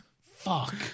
Fuck